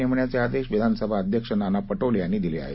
नेमण्याचे आदेश विधानसभा अध्यक्ष नाना पटोले यांनी दिले आहेत